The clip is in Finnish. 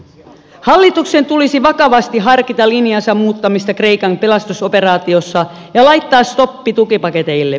hallituksen tulisi vakavasti harkita linjansa muuttamista kreikan pelastusoperaatiossa ja laittaa stoppi tukipaketeille